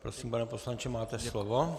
Prosím, pane poslanče, máte slovo.